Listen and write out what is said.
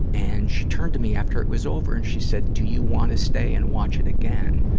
and she turned to me, after it was over, and she said, do you want to stay and watch it again?